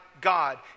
God